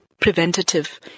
preventative